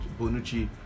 Bonucci